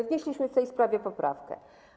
Wnieśliśmy w tej sprawie poprawkę.